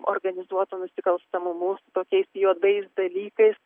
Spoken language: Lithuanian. organizuotu nusikalstamumu tokiais juodais dalykais